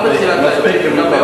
מספיק אם הדבר,